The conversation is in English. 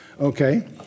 Okay